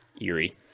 Eerie